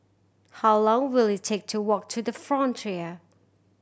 how long will it take to walk to The Frontier